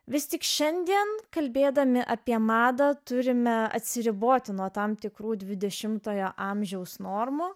vis tik šiandien kalbėdami apie madą turime atsiriboti nuo tam tikrų dvidešimtojo amžiaus normų